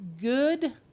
good